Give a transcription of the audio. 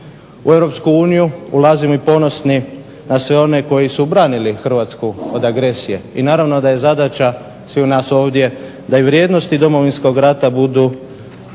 uniju ulazimo i ponosni na sve one koji su branili hrvatsku od agresije. I naravno da je zadaća sviju nas ovdje da i vrijednosti Domovinskog rata budu